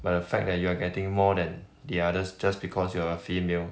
but the fact that you are getting more than the others just because you are a female